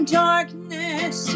darkness